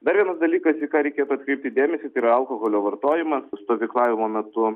dar vienas dalykas į ką reikėtų atkreipti dėmesį tai yra alkoholio vartojimas stovyklavimo metu